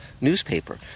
newspaper